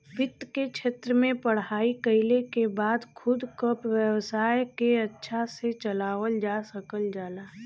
वित्त के क्षेत्र में पढ़ाई कइले के बाद खुद क व्यवसाय के अच्छा से चलावल जा सकल जाला